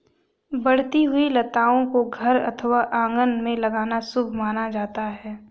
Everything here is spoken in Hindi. बढ़ती हुई लताओं को घर अथवा आंगन में लगाना शुभ माना जाता है